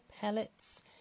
pellets